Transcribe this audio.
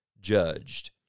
judged